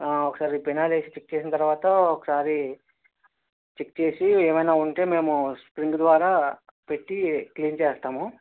ఒకసారి పినాయిల్ వేసి చెక్ చేసిన తర్వాత ఒకసారి చెక్ చేసి ఏమైనా ఉంటే మేము స్ప్రింగు ద్వారా పెట్టి క్లీన్ చేస్తాము